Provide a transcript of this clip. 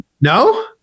No